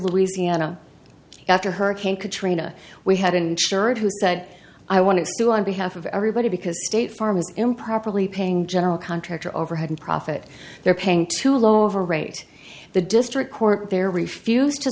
louisiana after hurricane katrina we had insured who said i want to do on behalf of everybody because state farm is improperly paying general contractor overhead and profit they're paying too low over rate the district court there refused to